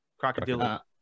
Crocodile